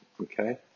Okay